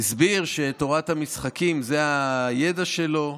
והסביר אז שתורת המשחקים זה הידע שלו.